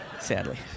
sadly